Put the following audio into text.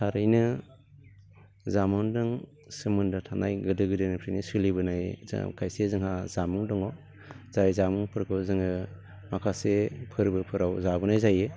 थारैनो जामुंजों सोमोनदो थानाय गोदो गोदायनिफ्रानो सोलिबोनाय जा खायसे जोंहा जामुं दङ जाय जामुंफोरखौ जोङो माखासे फोरबोफोराव जाबोनाय जायो